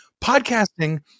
Podcasting